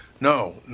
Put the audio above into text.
No